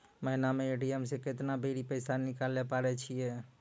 महिना मे ए.टी.एम से केतना बेरी पैसा निकालैल पारै छिये